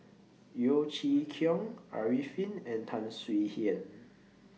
Yeo Chee Kiong Arifin and Tan Swie Hian